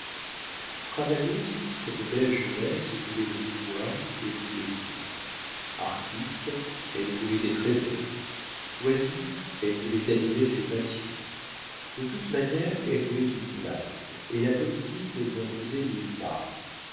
travailleuse cette belle jeunesse voulait le pouvoir et le plaisir artiste elle voulait des trésors oisive elle voulait animer ses passions de toute manière elle voulait une place et la politique ne lui en faisait nulle part